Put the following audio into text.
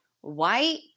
white